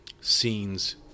scenes